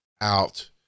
out